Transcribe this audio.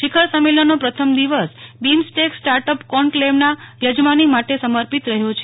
શિખર સંમેલનનો પ્રથમ દિવસ બિમ્સટેક સ્ટાર્ટઅપ કોન્કલેવના યજમાની માટે સમર્પિત રહ્યો છે